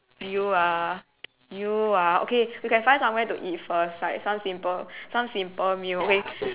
you ah you ah okay we can find some where to eat first like some simple some simple meal okay